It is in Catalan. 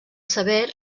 sever